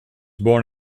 born